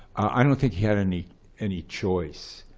i don't think he had any any choice.